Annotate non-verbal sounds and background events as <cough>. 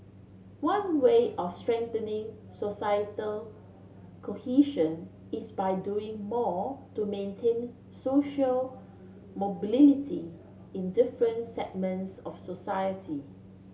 one way of strengthening societal cohesion is by doing more to maintain social <unintelligible> in different segments of society